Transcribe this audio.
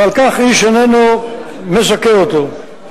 ועל כך איש איננו מזכה אותו.